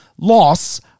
loss